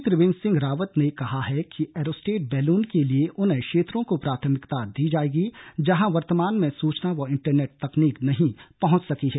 मुख्यमंत्री त्रिवेन्द्र सिंह रावत ने कहा है कि एरोस्टेट बैलून के लिए उन क्षेत्रों को प्राथमिकता दी जाएगी जहां वर्तमान में सूचना व इंटरनेट तकनीक नहीं पहुंच सकी है